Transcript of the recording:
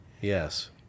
Yes